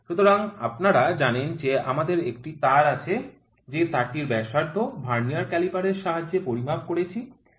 সুতরাং আপনারা জানেন যে আমাদের একটি তার আছে যে তারটির ব্যাসার্ধ ভার্নিয়ার ক্যালিপার্স এর সাহায্যে পরিমাপ করেছেন ৪ মিমি